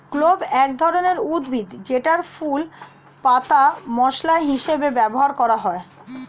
clove এক ধরনের উদ্ভিদ যেটার ফুল, পাতা মসলা হিসেবে ব্যবহার করা হয়